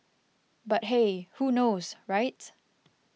but hey who knows right